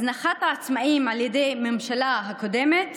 הזנחת העצמאים על ידי הממשלה הקודמת